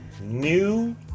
New